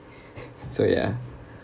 so ya